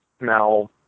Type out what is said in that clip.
now